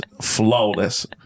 flawless